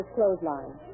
clothesline